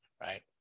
Right